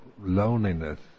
loneliness